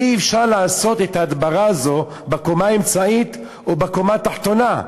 אי-אפשר לעשות את ההדברה הזאת בקומה האמצעית או בקומה התחתונה,